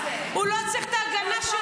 --- אני לא מבינה את זה.